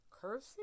cursing